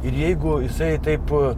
ir jeigu jisai taip pat